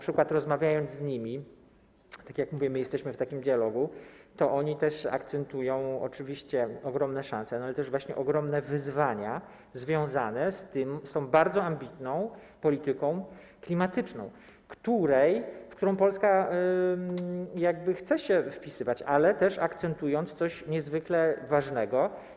Rozmawiając, bo tak jak mówię, my jesteśmy w takim dialogu, oni też akcentują oczywiście ogromne szanse, ale też właśnie ogromne wyzwania związane z tą bardzo ambitną polityką klimatyczną, w którą Polska chce się wpisywać, ale też akcentując coś niezwykle ważnego.